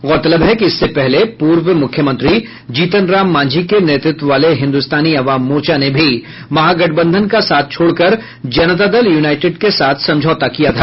गौरतलब है कि इससे पहले पूर्व मुख्यमंत्री जीतन राम मांझी के नेतृत्व वाले हिन्दुस्तानी आवाम मोर्चा ने भी महागठबंधन का साथ छोड़कर जनता दल यूनाइटेड के साथ समझौता किया था